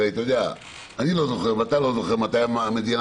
אני לא זוכר ואתה לא זוכר מתי המדינה